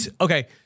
okay